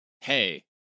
Hey